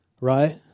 right